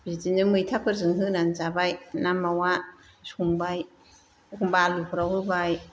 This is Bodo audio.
बिदिनो मैथाफोरजों होनान जाबाय ना मावा संबाय एखमब्ला आलुफ्राव होबाय